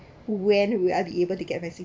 when we are be able to get vaccine